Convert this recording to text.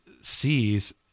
sees